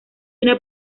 una